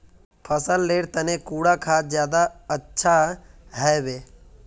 फसल लेर तने कुंडा खाद ज्यादा अच्छा हेवै?